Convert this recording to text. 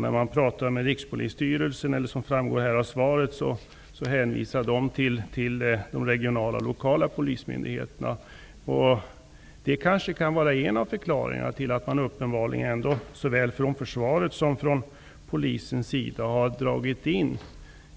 När man talar med Rikspolisstyrelsen, hänvisar man där, som framgår av svaret, till de regionala och lokala polismyndigheterna. Det kanske kan vara en av förklaringarna till att man uppenbarligen såväl från försvarets som från Polisens sida har dragit in